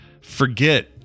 forget